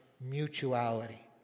mutuality